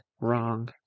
wrong